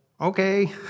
okay